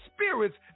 spirits